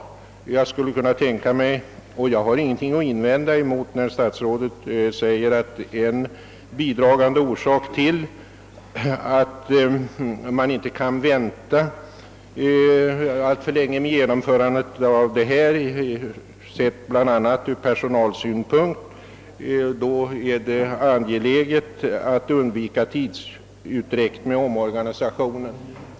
Jag har ingenting att invända mot statsrådets uttalande, att en bidragande orsak till att man inte kan vänta alltför länge med genomförandet av omorganisationen är att det bl.a. ur personalens synpunkt är angeläget att undvika tidsutdräkt med omorganisationen.